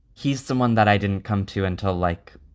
he's someone that i didn't come to until like